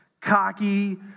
cocky